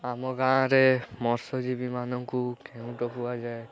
ଆମ ଗାଁରେ ମତ୍ସଜୀବୀମାନଙ୍କୁ କେଉଟ କୁହାଯାଏ